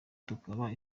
tukaba